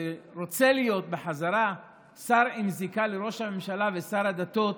שרוצה להיות בחזרה שר עם זיקה לראש הממשלה ושר הדתות,